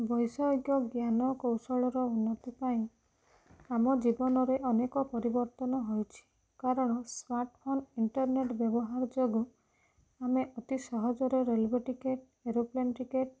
ବୈଷୟିକ ଜ୍ଞାନ କୌଶଳର ଉନ୍ନତି ପାଇଁ ଆମ ଜୀବନରେ ଅନେକ ପରିବର୍ତ୍ତନ ହେଉଛି କାରଣ ସ୍ମାର୍ଟ ଫୋନ୍ ଇଣ୍ଟର୍ନେଟ୍ ବ୍ୟବହାର ଯୋଗୁଁ ଆମେ ଅତି ସହଜରେ ରେଲୱେ ଟିକେଟ୍ ଏରୋପ୍ଲେନ୍ ଟିକେଟ୍